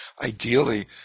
Ideally